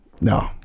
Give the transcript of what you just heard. no